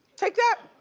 take that.